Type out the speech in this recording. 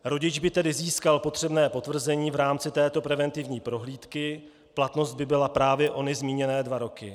Rodič by tedy získal potřebné potvrzení v rámci této preventivní prohlídky, platnost by byla právě ony zmíněné dva roky.